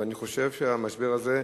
ואני חושב שהמשבר הזה,